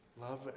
Love